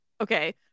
Okay